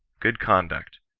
good conduct,